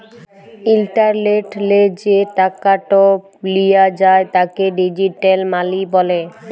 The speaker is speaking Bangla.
ইলটারলেটলে যে টাকাট লিয়া যায় তাকে ডিজিটাল মালি ব্যলে